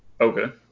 Okay